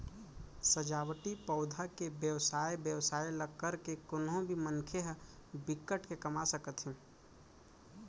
सजावटी पउधा के बेवसाय बेवसाय ल करके कोनो भी मनखे ह बिकट के कमा सकत हे